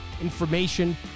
information